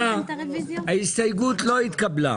הצבעה ההסתייגות לא נתקבלה ההסתייגות לא התקבלה.